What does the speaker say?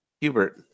hubert